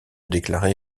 déclarer